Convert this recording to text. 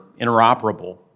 interoperable